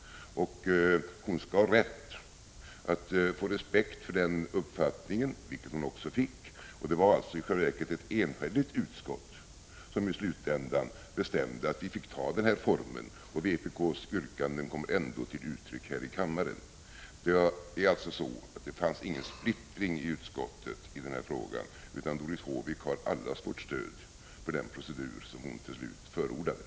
Hon skall ha rätt att få respekt för den uppfattningen, vilket hon också fick. Det var i själva verket ett enhälligt utskott som i slutändan bestämde att vi fick ta den här formen. Vpk:s yrkanden kommer ändå till uttryck här i kammaren. Det fanns alltså ingen splittring i utskottet i den här frågan, utan Doris Håvik hade allas vårt stöd för den procedur som hon till slut förordade.